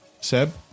Seb